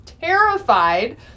terrified